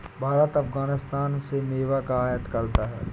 भारत अफगानिस्तान से मेवा का आयात करता है